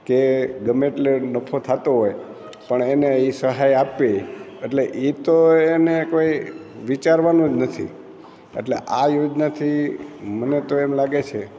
કે ગમે એટલો નફો થતો હોય પણ એને એ સહાય આપવી એટલે એ તો એને કંઈ વિચારવાનું જ નથી એટલે આ યોજનાથી મને તો એમ લાગે છે